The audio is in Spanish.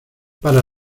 para